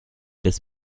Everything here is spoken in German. des